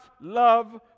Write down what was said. love